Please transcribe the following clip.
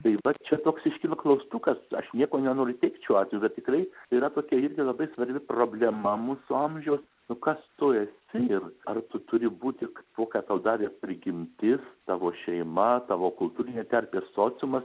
tai vat čia toks iškilo klaustukas aš nieko nenoriu teigt šiuo atveju bet tikrai yra tokia irgi labai svarbi problema mūsų amžiaus nu kas tu esi ir ar tu turi būt tik tuo ką tau davė prigimtis tavo šeima tavo kultūrinė terpė ir sociumas